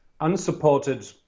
unsupported